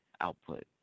output